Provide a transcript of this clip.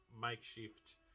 makeshift